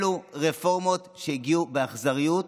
אלה רפורמות שהגיעו באכזריות,